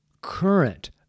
current